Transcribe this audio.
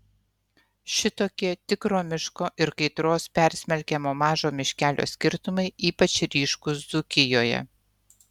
šitokie tikro miško ir kaitros persmelkiamo mažo miškelio skirtumai ypač ryškūs dzūkijoje